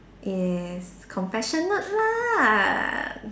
yes compassionate lah